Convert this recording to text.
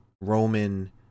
Roman